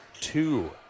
two